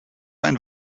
ein